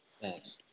Thanks